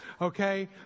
okay